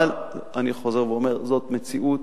אבל אני חוזר ואומר, זאת מציאות